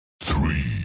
three